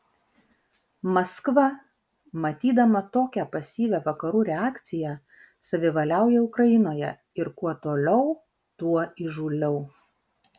maskva matydama tokią pasyvią vakarų reakciją savivaliauja ukrainoje ir kuo toliau tuo įžūliau